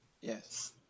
Yes